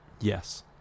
Yes